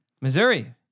Missouri